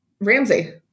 Ramsey